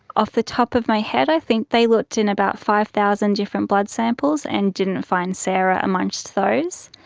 off the top of my head i think they looked in about five thousand different blood samples and didn't find sarah amongst those.